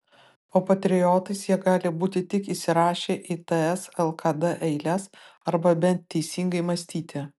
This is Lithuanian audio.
o patriotais jie gali būti tik įsirašę į ts lkd eiles arba bent teisingai mąstyti